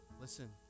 Listen